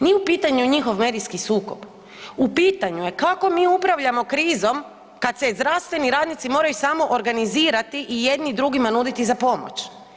Nije u pitanju njihov medijski sukob, u pitanju je kako mi upravljamo krizom kad se zdravstveni radnici moraju samoorganizirati i jedni drugima nuditi za pomoć?